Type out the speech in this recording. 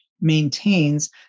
Maintains